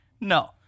No